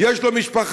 יש לו משפחה,